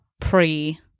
pre